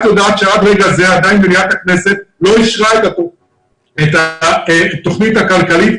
את יודעת שעד לרגע זה עדיין מליאת הכנסת לא אישרה את התוכנית הכלכלית?